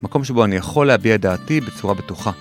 מקום שבו אני יכול להביע דעתי בצורה בטוחה.